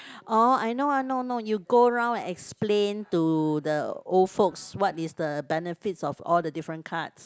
oh I know I know I know you go round explain to the old folks what is the benefits of all the different cards